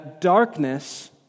darkness